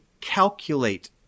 calculate